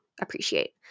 appreciate